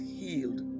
healed